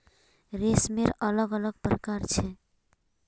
रेशमेर अलग अलग प्रकार छ